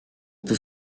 peut